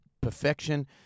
perfection